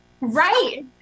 right